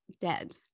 dead